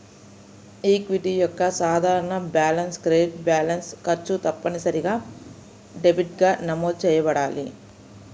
equity యొక్క సాధారణ balance credit balance, ఖర్చు తప్పనిసరిగా డెబిట్గా నమోదు చేయబడాలి